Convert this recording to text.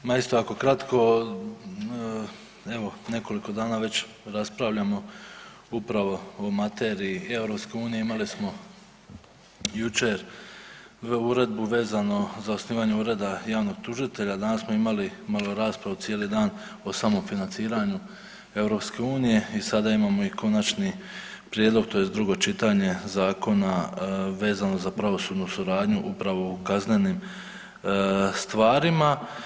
Ma isto jako kratko, evo nekoliko dana već raspravljamo upravo o materiji EU, imali smo jučer uredbu vezano za osnivanje ureda javnog tužitelja, danas smo imali raspravu cijeli dan o samom financiranju EU i sada imamo i konačni prijedlog tj. drugo čitanje zakona vezano za pravosudnu suradnju upravo u kaznenim stvarima.